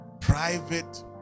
private